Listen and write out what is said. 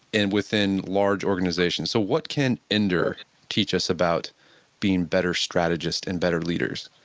and within large organizations. so what can ender teach us about being better strategists and better leaders?